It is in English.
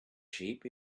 sheep